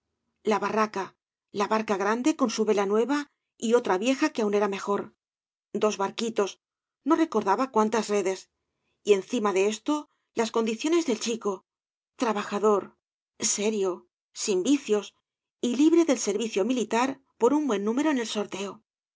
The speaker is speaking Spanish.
la barraca la barca grande con su vela nueva y otra vieja que aun era mejor dos barquitos no recordaba cuántas redes y encima de esto las condiciones del chico trabajador serio sin vicios y libre del servicio militar por un buen número en el sorteo